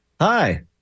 Hi